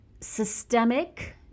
systemic